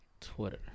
Twitter